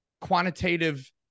quantitative